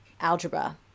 algebra